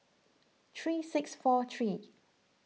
three six four three